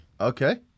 Okay